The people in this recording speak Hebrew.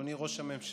אדוני ראש הממשלה,